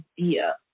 idea